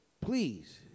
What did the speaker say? please